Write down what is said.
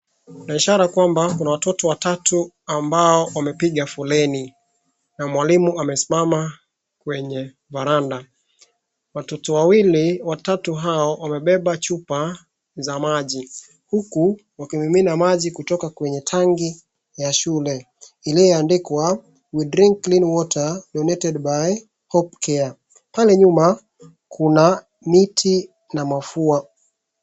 Kuna ishara kwamba kuna watoto watatu ambao wamepiga mfoleni, na mwalimu amesimama kwenye varanda. Watoto watatu hao wamebeba chupa za maji, huku wakimimina maji kutoka kwenye tanki ya shule iliyoandikwa we drink clean water, donated by hopecare pale nyuma kuna miti na mafua.